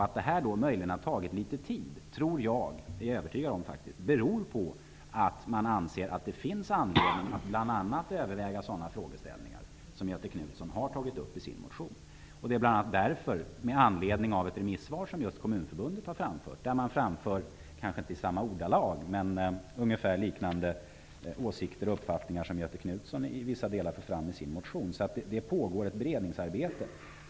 Att detta har tagit litet tid beror på att man anser att det finns anledning att överväga bl.a. sådana frågeställningar som Göthe Knutson har tagit upp i sin motion. Kommunförbundet har i ett remissvar framfört -- kanske inte i samma ordalag -- liknande åsikter och uppfattningar som Göthe Knutson i vissa delar för fram i sin motion. Det pågår alltså ett beredningsarbete.